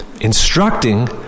instructing